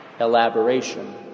elaboration